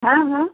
हाँ हाँ